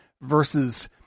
versus